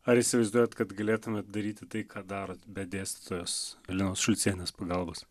ar įsivaizduojat kad galėtumėt daryti tai ką darot be dėstytojos linos šulcienės pagalbos